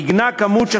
עיגנה כמות של